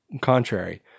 contrary